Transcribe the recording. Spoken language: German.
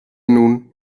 nun